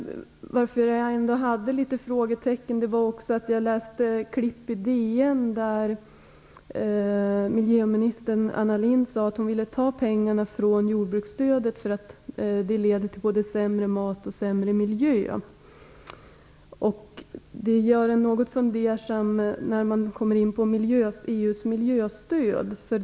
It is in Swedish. Jag läste ett urklipp från DN som också reste litet frågetecken. Miljöminister Anna Lindh sade där att hon ville ta pengar från jordbruksstödet därför att detta leder till både sämre mat och sämre miljö. Det gör mig något fundersam när man kommer in på EU:s miljöstöd.